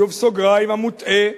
שוב, בסוגריים, המוטעה,